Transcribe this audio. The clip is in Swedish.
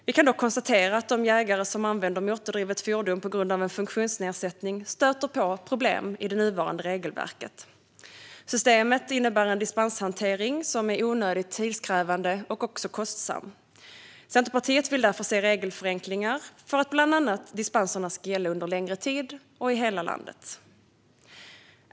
Vi kan dock konstatera att de jägare som använder motordrivet fordon på grund av en funktionsnedsättning stöter på problem i det nuvarande regelverket. Systemet innebär en dispenshantering som är onödigt tidskrävande och kostsam. Centerpartiet vill därför se regelförenklingar bland annat för att dispenserna ska gälla under längre tid och i hela landet.